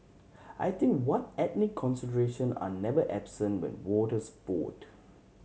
I think what ethnic consideration are never absent when voters vote